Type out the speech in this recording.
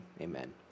Amen